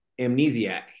Amnesiac